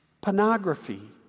pornography